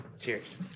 Cheers